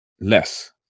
less